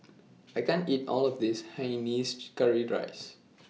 I can't eat All of This Hainanese Curry Rice